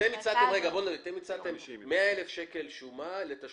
אתם הצעתם שומה של 100,000 שקל ולתשלום